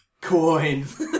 coins